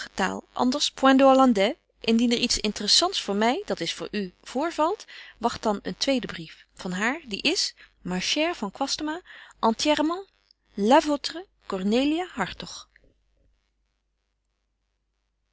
point de hollandais indien er iets intressants voor my dat is voor u voorvalt wagt dan een tweeden brief van haar die is m a c h e